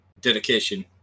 dedication